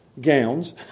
gowns